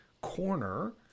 corner